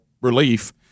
relief